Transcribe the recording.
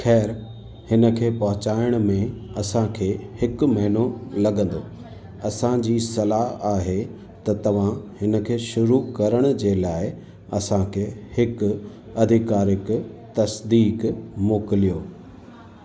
ख़ैरु हिन खे पहुचाइण में असां खे हिकु महिनो लॻंदो असां जी सलाहु आहे त तव्हां हिन खे शुरू करण जे लाइ असां खे हिकु अधिकारिकु तस्दीकु मोकिलियो